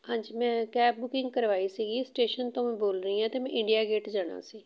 ਹਾਂਜੀ ਮੈਂ cab booking ਕਰਵਾਈ ਸੀਗੀ ਸਟੇਸ਼ਨ ਤੋਂ ਮੈਂ ਬੋਲ ਰਹੀ ਹਾਂ ਅਤੇ ਮੈਂ ਇੰਡੀਆ ਗੇਟ ਜਾਣਾ ਸੀ